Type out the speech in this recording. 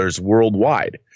worldwide